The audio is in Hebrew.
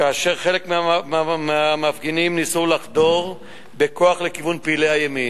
כאשר חלק מהמפגינים ניסו לחדור בכוח לכיוון פעילי הימין.